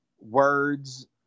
words